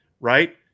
right